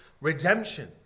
redemption